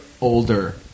older